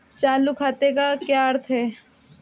चालू खाते का क्या अर्थ है?